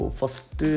first